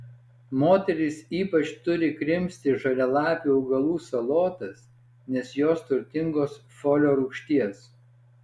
moterys ypač turi krimsti žalialapių augalų salotas nes jos turtingos folio rūgšties